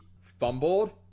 fumbled